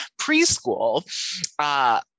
preschool